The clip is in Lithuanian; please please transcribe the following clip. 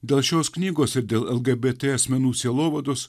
dėl šios knygos ir dėl lgbt asmenų sielovados